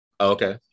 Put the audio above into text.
okay